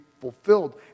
fulfilled